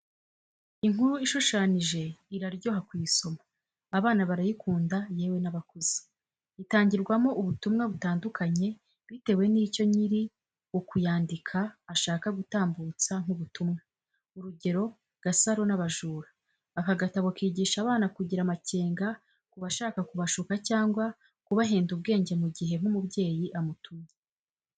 Inkuru ishushanije iraryoha kuyisoma, abana barayikunda yewe n'abakuze. Itangirwamo ubutumwa butandukanye bitewe nicyo nyiri ukuyandika ashaka gutambutsa nk'ubutumwa. Urugero "GASARO N'ABAJURA" aka gatabo kigisha abana kugira amacyenga ku bashaka kubashuka cyangwa kubahenda ubwenge mu gihe nk'umubyeyi amutumye.